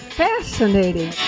fascinating